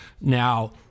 Now